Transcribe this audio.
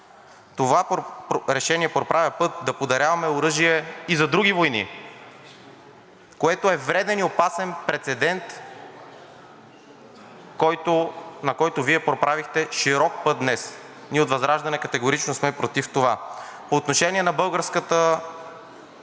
това решение проправя път да подаряваме оръжие и за други войни, което е вреден и опасен прецедент, на който Вие проправихте широк път днес. Ние от ВЪЗРАЖДАНЕ категорично сме против това. По отношение на българската